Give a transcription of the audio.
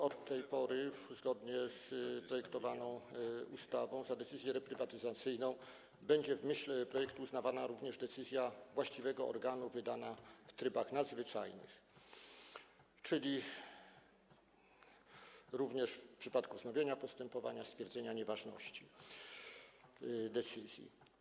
Od tej pory zgodnie z projektowaną ustawą za decyzję reprywatyzacyjną będzie uznawana również decyzja właściwego organu wydana w trybach nadzwyczajnych, czyli również w przypadku wznowienia postępowania, stwierdzenia nieważności decyzji.